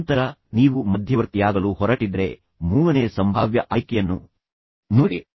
ತದನಂತರ ನೀವು ಮಧ್ಯವರ್ತಿಯಾಗಲು ಹೊರಟಿದ್ದರೆ ಮೂರನೇ ಸಂಭಾವ್ಯ ಆಯ್ಕೆಯನ್ನು ನೋಡಿ